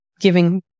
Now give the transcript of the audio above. giving